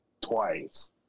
twice